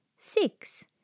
six